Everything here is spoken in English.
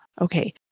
okay